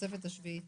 בתוספת השביעית.